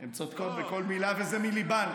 הן צודקות בכל מילה וזה מליבן.